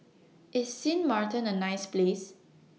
IS Sint Maarten A nice Place